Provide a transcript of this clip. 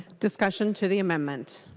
discussion to the amendment?